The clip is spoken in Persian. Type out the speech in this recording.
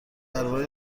درباره